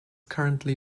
currently